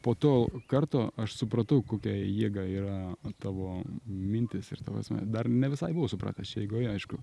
po to karto aš supratau kokia jėga yra tavo mintys ir ta prasme dar ne visai buvau supratęs čia eigoje aišku